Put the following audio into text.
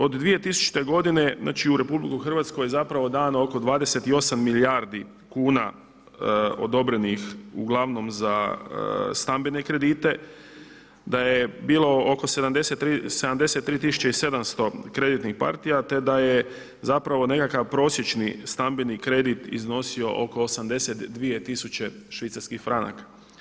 Od 2000. godine u Hrvatskoj je zapravo dano oko 28 milijardi kuna odobrenih uglavnom za stambene kredite, da je bilo oko 73 700 kreditnih partija te da je zapravo nekakav prosječni stambeni kredit iznosio oko 82 tisuće švicarskih franaka.